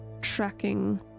tracking